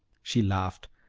she laughed,